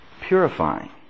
purifying